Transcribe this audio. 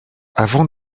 avant